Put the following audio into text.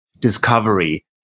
discovery